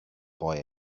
boy